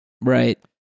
Right